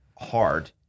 hard